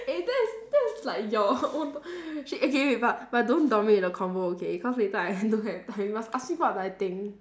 eh that's that's like your own per~ shit okay okay but but don't dominate the convo okay cause later I don't have time must ask me what do I think